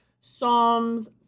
psalms